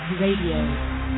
Radio